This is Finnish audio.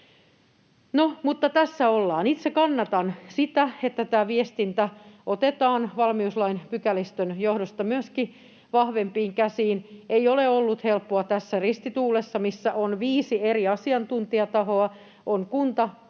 Itse kannatan sitä, että tämä viestintä otetaan valmiuslain pykälistön johdosta vahvempiin käsiin. Ei ole ollut helppoa tässä ristituulessa, missä on viisi eri asiantuntijatahoa: on kunta